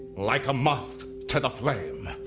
like a moth to the flame.